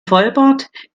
vollbart